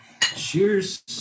Cheers